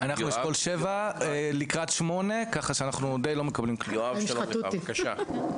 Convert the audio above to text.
אנחנו באשכול , לקראת 8. יואב, בבקשה.